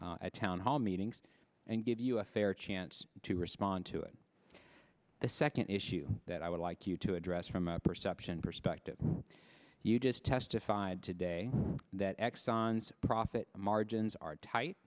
at townhall meetings and give you a fair chance to respond to it the second issue that i would like you to address from a perception perspective you just testified today that exxon's profit margins are tight